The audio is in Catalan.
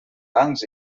bancs